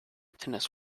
tennis